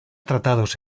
tratados